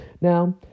Now